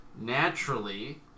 naturally